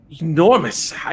enormous